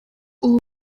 ubu